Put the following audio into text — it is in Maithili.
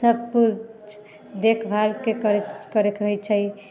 सब किछु देखभालके करेके होइ छै